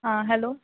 हां हॅलो